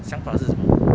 想法是什么